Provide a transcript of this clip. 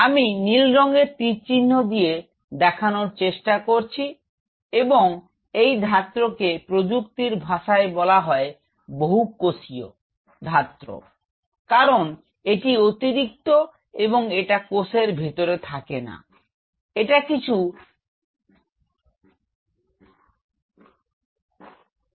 আমি নীল রঙের তীরচিহ্ন দিয়ে আমি দেখানর চেষ্টা করছি এবং এই ধাত্রকে প্রযুক্তির ভাষায় বলা হয় বহিঃকোষীয় কারন এটি অতিরিক্ত এবং এটা কোষের ভিতরে থাকে না এটা কিছু অতিরিক্ত যা কোষের বাইরে থাকে